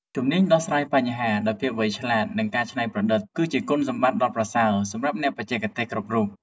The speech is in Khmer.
ជំនាញដោះស្រាយបញ្ហាដោយភាពវៃឆ្លាតនិងការច្នៃប្រឌិត គឺជាគុណសម្បត្តិដ៏ប្រសើរសម្រាប់អ្នកបច្ចេកទេសគ្រប់រូប។